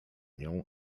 nią